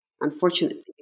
Unfortunately